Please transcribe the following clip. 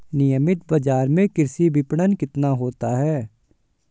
नियमित बाज़ार में कृषि विपणन कितना होता है?